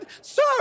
sir